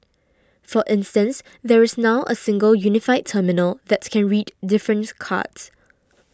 for instance there is now a single unified terminal that can read different cards